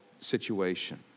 situation